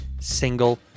single